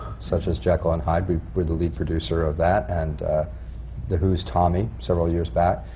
such as jekyll and hyde. we're we're the lead producer of that. and the who's tommy, several years back.